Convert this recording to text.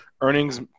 earnings